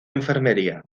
enfermería